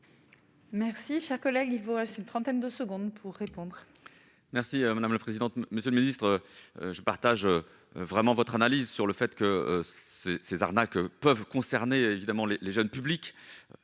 Merci, cher collègue, il vous reste une trentaine de secondes pour répondre. Merci madame la présidente, monsieur le ministre, je partage vraiment votre analyse sur le fait que ces ces arnaques peuvent concerner évidemment les les jeunes publics